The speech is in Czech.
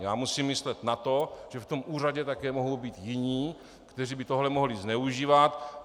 Já musím myslet na to, že v tom úřadě také mohou být jiní, kteří by tohle mohli zneužívat.